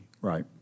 Right